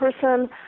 person